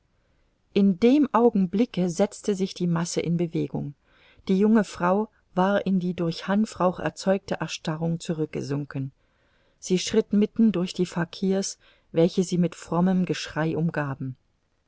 in dem augenblicke setzte sich die masse in bewegung die junge frau war in die durch hanfrauch erzeugte erstarrung zurückgesunken sie schritt mitten durch die fakirs welche sie mit frommem geschrei umgaben